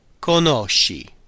conosci